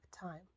time